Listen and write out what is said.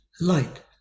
light